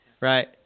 Right